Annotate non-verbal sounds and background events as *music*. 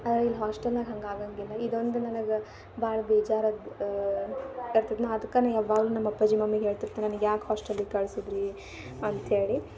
ಆದ್ರೆ ಇಲ್ಲಿ ಹಾಸ್ಟೆಲ್ನಾಗ ಹಂಗೆ ಆಗಂಗಿಲ್ಲ ಇದೊಂದು ನನಗೆ ಭಾಳ ಬೇಜಾರಾಗಿ *unintelligible* ನಾ ಅದ್ಕೆ ನಾ ಯಾವಾಗ್ಲೂ ನಮ್ಮ ಅಪ್ಪಾಜಿ ಮಮ್ಮಿಗೆ ಹೇಳ್ತಿರ್ತೇನೆ ನನ್ಗೆ ಯಾಕೆ ಹಾಸ್ಟೆಲಿಗೆ ಕಳಿಸಿದ್ರಿ ಅಂತ್ಹೇಳಿ